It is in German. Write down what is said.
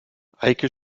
eike